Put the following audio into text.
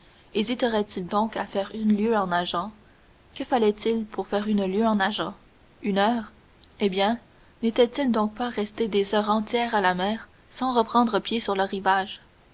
hésiterait il donc à faire une lieue en nageant que fallait-il pour faire une lieue en nageant une heure eh bien n'était-il donc pas resté des heures entières à la mer sans reprendre pied sur le rivage